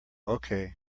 okay